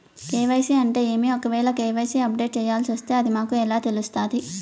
KYC అంటే ఏమి? ఒకవేల కె.వై.సి అప్డేట్ చేయాల్సొస్తే అది మాకు ఎలా తెలుస్తాది?